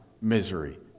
misery